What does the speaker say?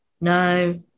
No